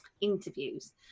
interviews